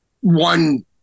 one